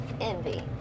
envy